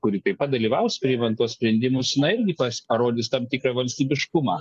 kuri taip pat dalyvaus priimant tuos sprendimus na irgi pa parodys tam tikrą valstybiškumą